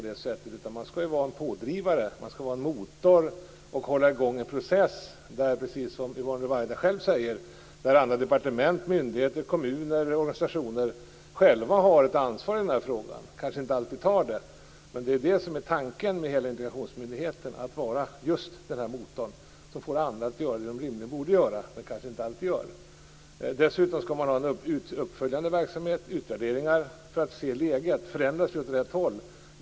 Den skall vara en pådrivare, en motor, och hålla i gång en process där - precis som Yvonne Ruwaida säger - alla departement, myndigheter, kommuner och organisationer själva har ett ansvar i frågan. De kanske inte alltid tar det. Men tanken med hela integrationsmyndigheten är att vara just motorn som får andra att göra vad de rimligen borde göra men kanske inte alltid gör. Dessutom skall myndigheten ha en uppföljande verksamhet med utvärderingar för att se hur läget är. Förändras det åt rätt håll?